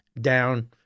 down